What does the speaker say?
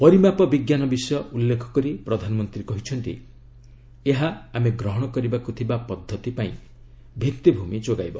ପରିମାପ ବିଜ୍ଞାନ ବିଷୟ ଉଲ୍ଲେଖ କରି ପ୍ରଧାନମନ୍ତ୍ରୀ କହିଛନ୍ତି ଏହା ଆମେ ଗ୍ରହଣ କରିବାକୁ ଥିବା ପଦ୍ଧତି ପାଇଁ ଭିଭିମି ଯୋଗାଇବ